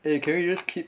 eh can you just keep